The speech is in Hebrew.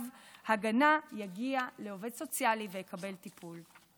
הגנה יגיע לעובד סוציאלי ויקבל טיפול.